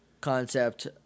concept